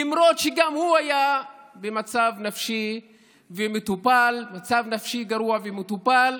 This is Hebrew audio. למרות שגם הוא היה במצב נפשי גרוע, ומטופל.